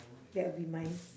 that'll be mine